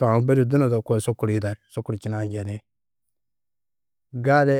aũ budi dunodo koo sukur yida. Sukur činaa njenĩ gali.